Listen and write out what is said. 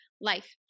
life